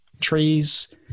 trees